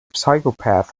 psychopath